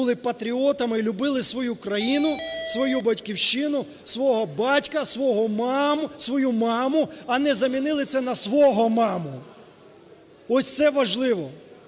були патріотами і любили свою країну, свою батьківщину, свого батька, свою маму, а не замінили це на "свого маму" – ось це важливо.